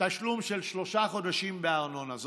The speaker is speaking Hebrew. תשלום של שלושה חודשים בארנונה,